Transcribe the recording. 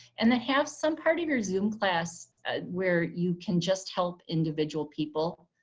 and then have some part of your zoom class where you can just help individual people.